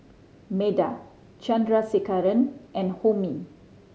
Medha Chandrasekaran and Homi